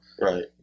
Right